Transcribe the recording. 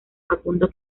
facundo